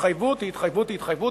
התחייבות זו התחייבות זו התחייבות,